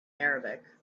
arabic